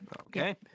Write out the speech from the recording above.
Okay